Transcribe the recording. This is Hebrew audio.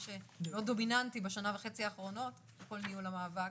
שמאוד דומיננטי בשנה וחצי האחרונות בכל ניהול המאבק.